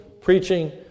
preaching